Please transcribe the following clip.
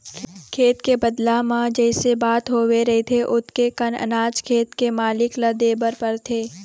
खेत के बदला म जइसे बात होवे रहिथे ओतके कन अनाज खेत के मालिक ल देबर परथे